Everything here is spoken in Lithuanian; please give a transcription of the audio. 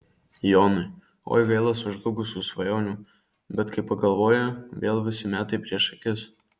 jonai oi gaila sužlugusių svajonių bet kai pagalvoji vėl visi metai prieš akis